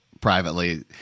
privately